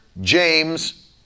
James